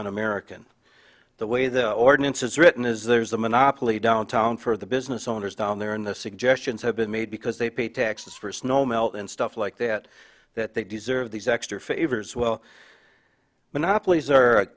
un american the way the ordinance is written is there's a monopoly downtown for the business owners down there and the suggestions have been made because they pay taxes for snow melt and stuff like that that they deserve these extra favors well monopolies